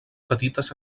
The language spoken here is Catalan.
petites